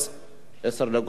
עשר דקות לרשותך,